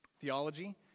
theology